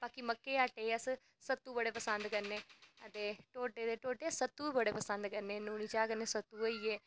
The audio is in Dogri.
बाकी मक्कें दे आटे दे अस सत्तू बड़े पसंद करने ढोड्डे ते ढोड्डे सत्तूं बी बड़े पसंद करने लूनकी चाह् कन्नै सत्तू होई गे